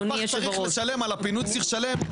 בעיקר צריך לראות שכל הפסולת לא נאספת עם הירוק,